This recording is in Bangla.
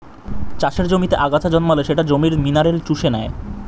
চাষের জমিতে আগাছা জন্মালে সেটা জমির মিনারেল চুষে নেয়